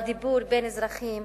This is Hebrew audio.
בדיבור בין אזרחים